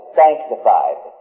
sanctified